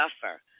suffer